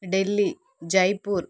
Delhi Jaipur